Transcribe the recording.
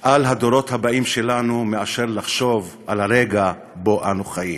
הדורות הבאים שלנו יותר מאשר על הרגע שבו אנו חיים.